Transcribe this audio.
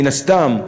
מן הסתם,